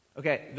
Okay